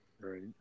Right